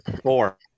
Four